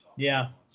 yeah.